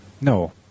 no